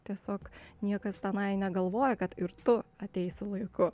tiesiog niekas tenai negalvoja kad ir tu ateisi laiku